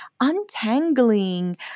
untangling